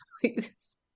please